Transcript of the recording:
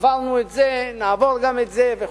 עברנו את זה, נעבור גם את זה וכו'.